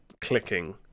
clicking